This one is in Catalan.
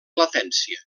latència